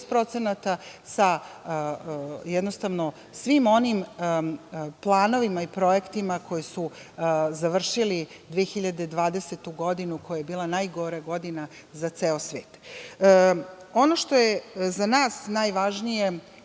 od 6%, sa svim onim planovima i projektima koji su završili 2020. godinu koja je bila najgora godina za ceo svet. Ono što je za nas najvažnije